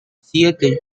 siete